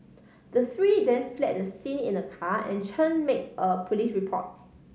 the three then fled the scene in a car and Chen made a police report